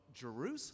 Jerusalem